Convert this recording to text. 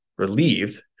relieved